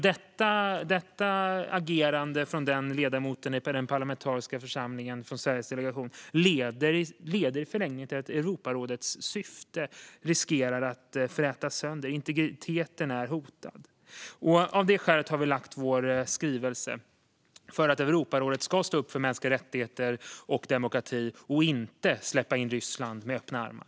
Detta agerande från ledamoten i Sveriges delegation i den parlamentariska församlingen leder i förlängningen till att Europarådets syfte riskerar att frätas sönder. Integriteten är hotad. Av detta skäl har vi lagt fram vår skrivelse för att Europarådet ska stå upp för mänskliga rättigheter och demokrati och inte släppa in Ryssland och ta emot dem med öppna armar.